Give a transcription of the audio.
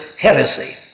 heresy